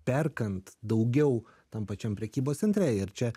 perkant daugiau tam pačiam prekybos centre ir čia